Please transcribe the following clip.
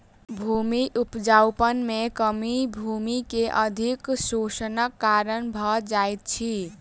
भूमि उपजाऊपन में कमी भूमि के अधिक शोषणक कारण भ जाइत अछि